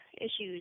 issues